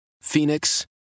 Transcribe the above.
Phoenix